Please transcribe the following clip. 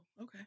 okay